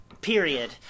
period